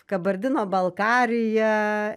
kabardino balkaria